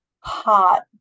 hot